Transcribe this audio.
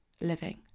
living